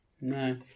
No